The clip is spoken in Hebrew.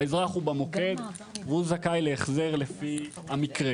האזרח הוא במוקד והוא זכאי להחזר לפי המקרה.